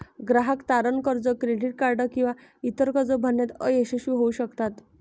ग्राहक तारण कर्ज, क्रेडिट कार्ड किंवा इतर कर्जे भरण्यात अयशस्वी होऊ शकतात